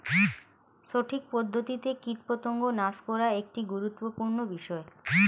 সঠিক পদ্ধতিতে কীটপতঙ্গ নাশ করা একটি গুরুত্বপূর্ণ বিষয়